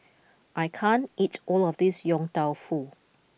I can't eat all of this Yong Tau Foo